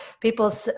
people